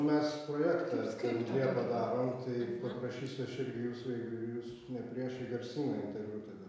mes projektą ten liepa darom tai paprašysiu aš irgi jūsų jeigu jūs ne prieš į garsyną interviu tada